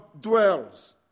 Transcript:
dwells